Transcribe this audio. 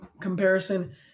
comparison